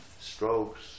strokes